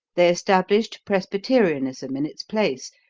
they established presbyterianism in its place,